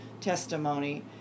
testimony